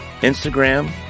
Instagram